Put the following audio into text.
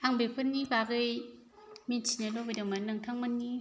आं बेफोरनि बागै मिथिनो लुबैदोंमोन नोंथांमोननि